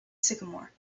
sycamore